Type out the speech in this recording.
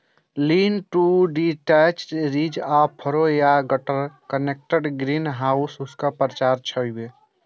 lean to detached, ridge आ furrow या gutter connected ग्रीनहाउसक प्रकार छियै